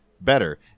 better